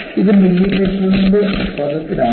ഇത് മില്ലിമീറ്ററിന്റെ പദത്തിൽ ആണ്